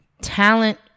talent